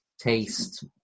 taste